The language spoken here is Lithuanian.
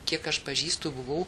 kiek aš pažįstu buvau